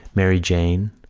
mary jane,